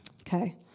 Okay